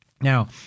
Now